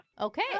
okay